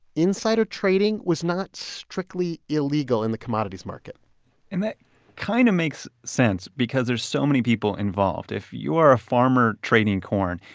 insider trading was not strictly illegal in the commodities market and that kind of makes sense because there's so many people involved. if you are a farmer trading corn,